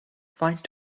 faint